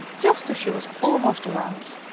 just as she was almost around.